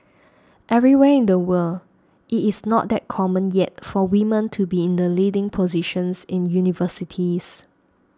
everywhere in the world it is not that common yet for women to be in the leading positions in universities